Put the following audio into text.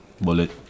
bullet